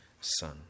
son